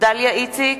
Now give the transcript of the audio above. דליה איציק,